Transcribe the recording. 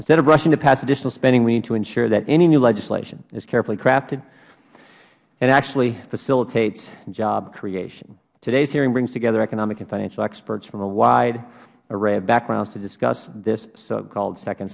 instead of rushing to pass additional spending we need to ensure that any new legislation is carefully crafted and actually facilitates job creation today's hearing brings together economic and financial experts from a wide array of backgrounds to discuss this so called second